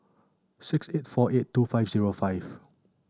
six eight four eight two five zero five